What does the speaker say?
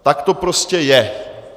Tak to prostě je.